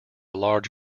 large